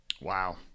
Wow